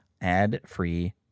ad-free